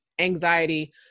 anxiety